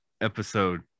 episode